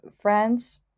friends